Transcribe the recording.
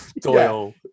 Doyle